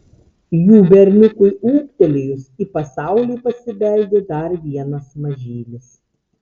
jų berniukui ūgtelėjus į pasaulį pasibeldė dar vienas mažylis